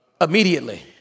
immediately